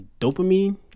Dopamine